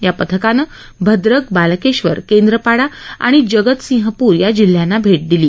या पथकानं भद्रक बालष्ठवर केंद्रपाडा आणि जगतसिंहप्र या जिल्ह्यांना भेट दिली